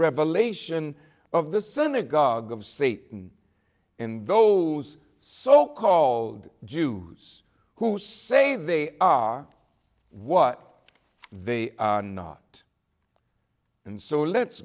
revelation of the synagogue of satan in those so called jews who say they are what they are not and so let's